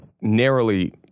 Narrowly